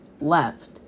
left